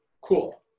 cool